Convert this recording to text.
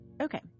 Okay